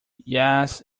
yes